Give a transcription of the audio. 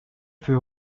für